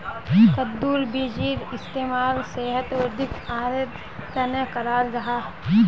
कद्दुर बीजेर इस्तेमाल सेहत वर्धक आहारेर तने कराल जाहा